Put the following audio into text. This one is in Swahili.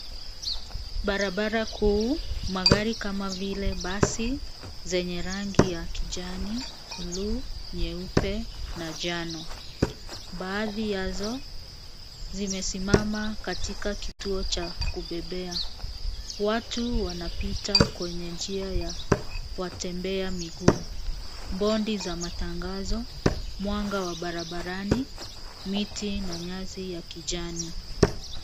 Barabara kuu, magari kama vile basi zenye rangi ya kijani, bluu, nyeupe na njano. Baadhi yazo zimesimama katika kituo cha kubebea. Watu wanapita kwenye njia ya watembea miguu. Bodi za matangazo, mwanga wa barabarani, miti na nyasi ya kijani.